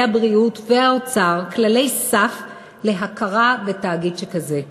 הבריאות והאוצר כללי סף להכרה בתאגיד שכזה.